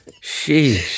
sheesh